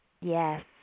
Yes